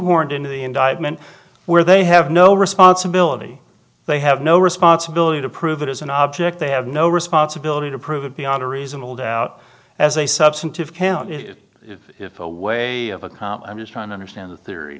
shoehorned into the indictment where they have no responsibility they have no responsibility to prove it is an object they have no responsibility to prove it beyond a reasonable doubt as a substantive if a way of a calm i'm just trying to understand the theory